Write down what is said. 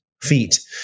feet